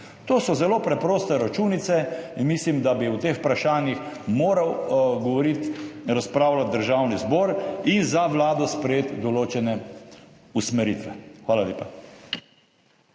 To so zelo preproste računice in mislim, da bi o teh vprašanjih moral govoriti, razpravljati Državni zbor in za Vlado sprejeti določene usmeritve. Hvala lepa.